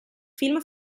film